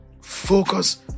Focus